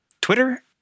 twitter